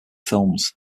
films